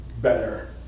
better